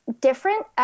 different